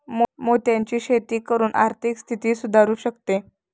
मोत्यांची शेती करून आर्थिक स्थिती सुधारु शकते